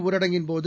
ஊரடங்கின்போது